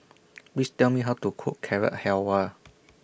Please Tell Me How to Cook Carrot Halwa